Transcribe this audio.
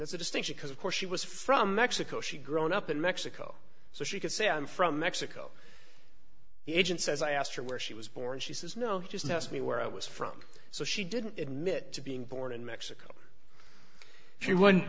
that's a distinction because of course she was from mexico she grown up in mexico so she could say i'm from mexico the agent says i asked her where she was born she says no he just asked me where i was from so she didn't admit to being born in mexico she would